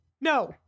No